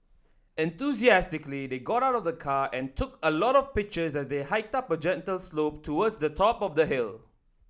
enthusiastically they got out of the car and took a lot of pictures as they hiked up a gentle slope towards the top of the hill